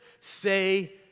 say